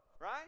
right